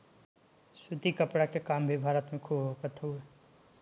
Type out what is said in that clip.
सूती कपड़ा के काम भी भारत में खूब होखत हवे